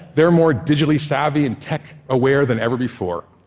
they're more digitally savvy and tech-aware than ever before.